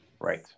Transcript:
Right